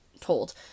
told